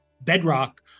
bedrock